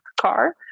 car